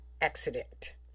accident